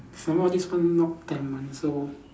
some more this one not plan one so